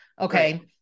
okay